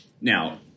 Now